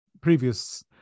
previous